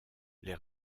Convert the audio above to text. les